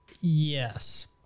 Yes